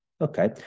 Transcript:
Okay